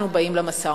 אנחנו באים למשא-ומתן.